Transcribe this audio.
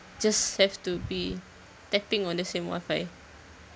just have to be tapping on the same wi-fi